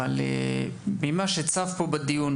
אבל ממה שצף פה בדיון,